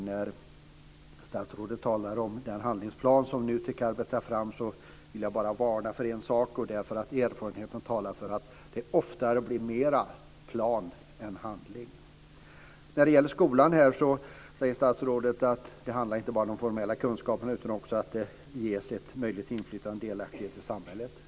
När statsrådet talar om den handlingsplan som NUTEK arbetar fram vill jag varna för en sak. Det är att erfarenheten talar för att det oftare blir mera plan än handling. När det gäller skolan säger statsrådet att det inte bara handlar om de formella kunskaperna utan också om att det ges en möjlighet till inflytande och delaktighet i samhället.